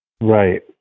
Right